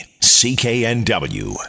CKNW